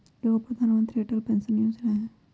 एगो प्रधानमंत्री अटल पेंसन योजना है?